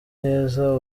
heza